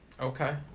Okay